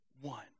one